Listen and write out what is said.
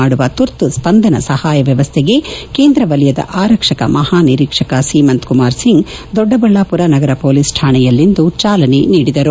ಮಾಡುವ ತುರ್ತು ಸ್ವಂದನ ಸಹಾಯ ವ್ಯವಸ್ಥೆಗೆ ಕೇಂದ್ರ ವಲಯದ ಆರಕ್ಷಕ ಮಹಾ ನಿರೀಕ್ಷಕ ಸೀಮಂತ್ ಕುಮಾರ್ ಸಿಂಗ್ ದೊಡ್ಡಬಳ್ಲಾಪುರ ನಗರ ಪೊಲೀಸ್ ಠಾಣೆಯಲ್ಲಿಂದು ಚಾಲನೆ ನೀಡಿದರು